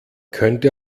könnte